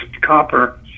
copper